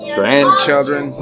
grandchildren